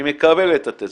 אני מקבל את התזה,